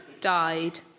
died